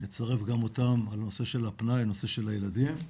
נצרף גם אותם, הנושא של הפנאי, הנושא של הילדים.